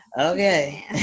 Okay